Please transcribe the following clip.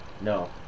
No